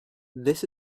this